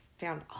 found